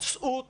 צאו,